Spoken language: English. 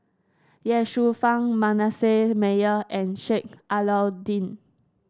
Ye Shufang Manasseh Meyer and Sheik Alau'ddin